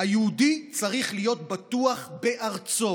היהודי צריך להיות בטוח בארצו.